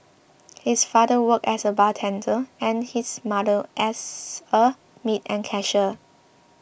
his father worked as a bartender and his mother as a maid and cashier